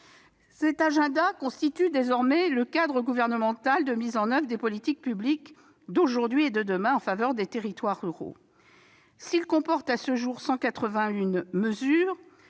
Cet agenda constitue désormais le cadre gouvernemental de mise en oeuvre des politiques publiques d'aujourd'hui et de demain en faveur des territoires ruraux. S'il comporte à ce jour 181 mesures,